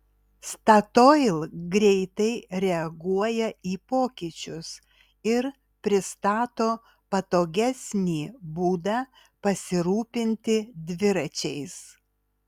statoil greitai reaguoja į pokyčius ir pristato patogesnį būdą pasirūpinti dviračiais